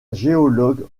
géologue